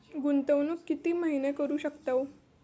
गुंतवणूक किती महिने करू शकतव?